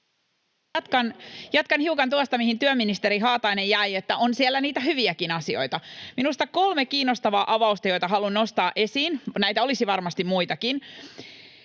hiukan tuosta, mihin työministeri Haatainen jäi, että on siellä niitä hyviäkin asioita. Minusta on kolme kiinnostavaa avausta, joita haluan nostaa esiin — näitä olisi varmasti muitakin: